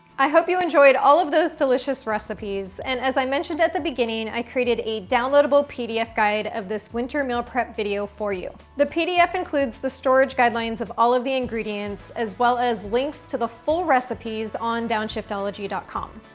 i hope you enjoyed all of those delicious recipes. and as i mentioned at the beginning, i created a downloadable pdf guide of this winter meal prep video for you. the pdf includes the storage guidelines of all of the ingredients as well as links to the full recipes on downshiftology com.